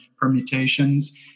permutations